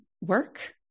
work